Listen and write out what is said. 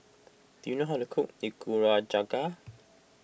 do you know how to cook